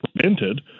prevented